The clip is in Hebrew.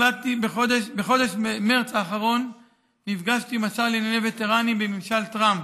בחודש מרס האחרון נפגשתי עם השר לענייני וטרנים בממשל טראמפ,